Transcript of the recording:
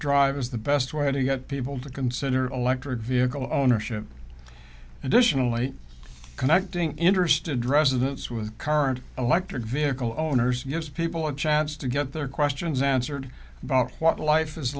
drive is the best way to get people to consider electric vehicle ownership additionally connecting interested residents with current electric vehicle owners yes people a chance to get their questions answered about what life is